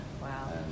Wow